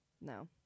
No